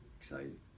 exciting